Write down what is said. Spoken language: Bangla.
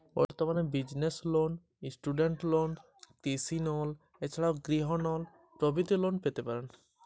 বর্তমানে কী কী নন ব্যাঙ্ক বিত্তীয় পরিষেবা উপলব্ধ আছে?